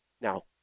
Now